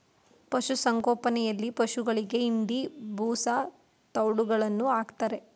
ಪಶುಸಂಗೋಪನೆಯಲ್ಲಿ ಪಶುಗಳಿಗೆ ಹಿಂಡಿ, ಬೂಸಾ, ತವ್ಡುಗಳನ್ನು ಹಾಕ್ತಾರೆ